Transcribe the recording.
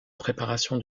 préparation